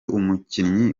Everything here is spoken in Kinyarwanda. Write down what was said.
umukinnyi